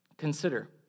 Consider